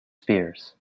spears